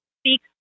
speak